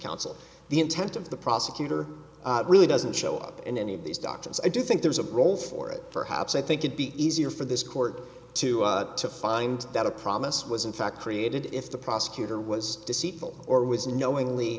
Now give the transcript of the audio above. counsel the intent of the prosecutor really doesn't show up in any of these doctors i do think there's a role for it perhaps i think it be easier for this court to to find that a promise was in fact created if the prosecutor was deceitful or was knowingly